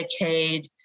Medicaid